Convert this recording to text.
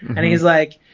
and he's like,